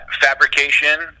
fabrication